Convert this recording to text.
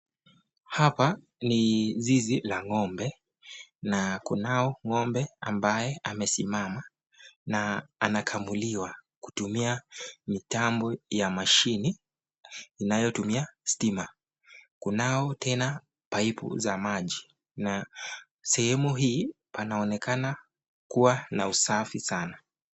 Hapa ni zizi la ng'ombe na kunao ngo'mbe ambaye amesimama, na anakamuliwa kutumia mitambo ya mashini inayotumia stima. Kunao tena paipu za maji na sehemu hii panaonekana kuwa na usafi sana.